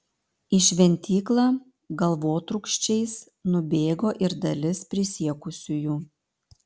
į šventyklą galvotrūkčiais nubėgo ir dalis prisiekusiųjų